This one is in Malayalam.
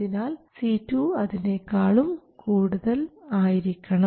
അതിനാൽ C2 അതിനെക്കാളും കൂടുതൽ ആയിരിക്കണം